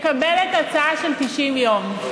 מקבלת הצעה של 90 יום.